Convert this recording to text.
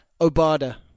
Obada